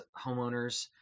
homeowners